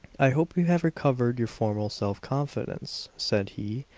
i hope you have recovered your former self-confidence, said he,